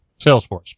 Salesforce